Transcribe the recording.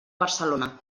barcelona